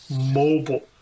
mobile